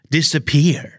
Disappear